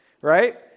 right